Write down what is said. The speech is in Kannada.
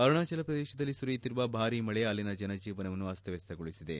ಅರುಣಾಚಲ ಪ್ರದೇಶದಲ್ಲಿ ಸುರಿಯುತ್ತಿರುವ ಭಾರಿ ಮಳೆ ಅಲ್ಲಿನ ಜನಜೀವನವನ್ನು ಅಸ್ತವ್ದ್ರಗೊಳಿಸಿದೆ